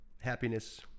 happiness